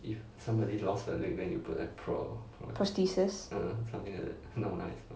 prosthesis